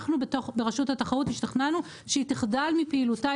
אנחנו ברשות התחרות השתכנענו שהיא תחדל מפעילותה,